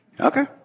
okay